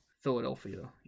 Philadelphia